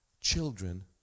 children